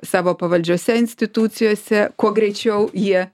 savo pavaldžiose institucijose kuo greičiau jie